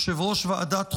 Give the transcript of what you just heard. יושב-ראש ועדת החוקה,